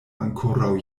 ankoraŭ